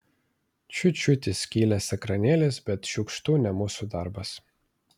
čiut čiut įskilęs ekranėlis bet šiukštu ne mūsų darbas